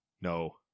No